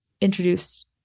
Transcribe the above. introduced